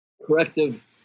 corrective